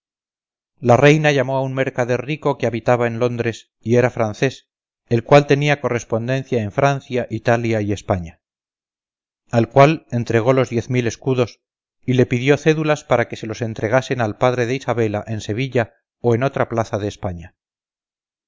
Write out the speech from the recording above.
la reina llamó a un mercader rico que habitaba en londres y era francés el cual tenía correspondencia en francia italia y españa al cual entregó los diez mil escudos y le pidió cédulas para que se los entregasen al padre de isabela en sevilla o en otra playa de españa